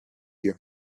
you